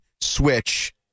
switch